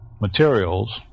materials